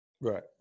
Right